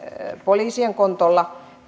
poliisien kontolla